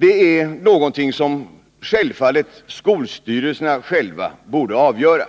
är självfallet någonting som de lokala skolstyrelserna själva borde avgöra.